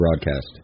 broadcast